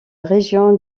région